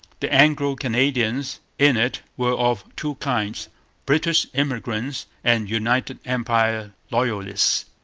the anglo-canadians in it were of two kinds british immigrants and united empire loyalists,